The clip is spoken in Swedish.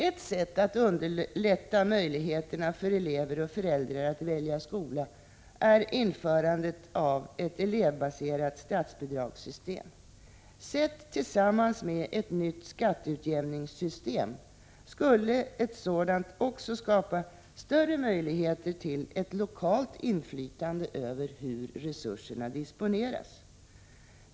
Ett sätt att underlätta möjligheterna för elever och föräldrar att välja skola är införande av ett elevbaserat statsbidragssystem. Sett tillsammans med ett nytt skatteutjämningssystem skulle ett sådant också skapa större möjligheter till ett lokalt inflytande över hur resurserna disponeras.